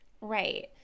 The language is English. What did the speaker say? Right